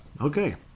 okay